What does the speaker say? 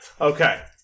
Okay